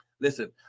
Listen